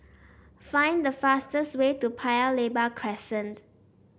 find the fastest way to Paya Lebar Crescent